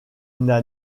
n’a